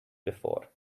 before